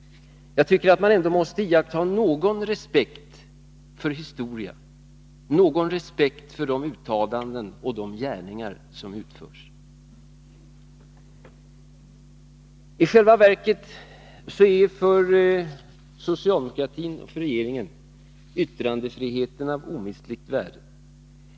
Jag tycker att man ändå måste iaktta någon respekt för historien, någon respekt för uttalanden som görs och gärningar som utförs. I själva verket är för socialdemokratin och för regeringen yttrandefriheten av omistligt värde.